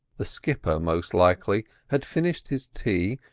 the skipper, most likely, had finished his tea,